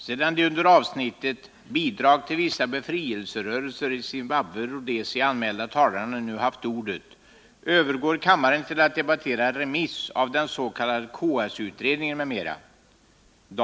Sedan de under avsnittet Bidrag till vissa befrielserörelser i Zimbabwe Rhodesia anmälda talarna nu haft ordet övergår kammaren till att debattera Remiss av den s.k. KS-utredningen, m.m.